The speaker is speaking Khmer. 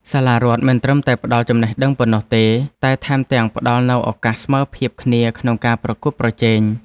សាលារដ្ឋមិនត្រឹមតែផ្តល់ចំណេះដឹងប៉ុណ្ណោះទេតែថែមទាំងផ្តល់នូវឱកាសស្មើភាពគ្នាក្នុងការប្រកួតប្រជែង។